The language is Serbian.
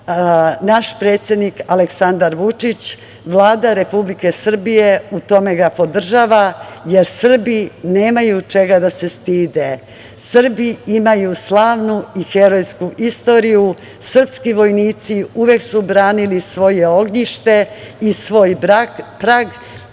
naš predsednik Aleksandar Vučić, Vlada Republike Srbije u tome ga podržava, jer Srbi nemaju čega da se stide. Srbi imaju slavnu i herojsku istoriju, srpski vojnici uvek su branili svoje ognjište i svoj prag